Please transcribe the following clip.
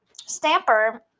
stamper